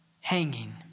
hanging